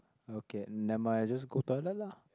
okay never mind just go toilet lah